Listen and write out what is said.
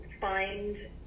find